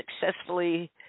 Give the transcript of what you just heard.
successfully